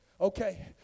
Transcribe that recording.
Okay